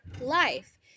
life